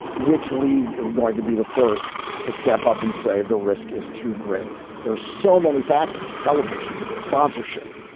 which league is going to be the first to step up and say the risk is too great? there are so many factors. television, sponsorship,